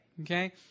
Okay